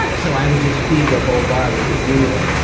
but so i would just feed the whole bar with this emu egg.